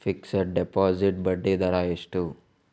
Fixed deposit ಬಡ್ಡಿ ದರ ಎಷ್ಟು?